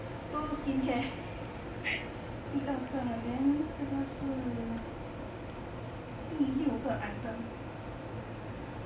都是 skincare 第二个 then 这个是第六个 item